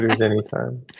anytime